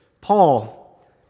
Paul